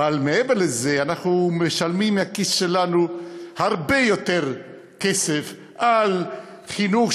אבל מעבר לזה אנחנו משלמים מהכיס שלנו הרבה יותר כסף על חינוך,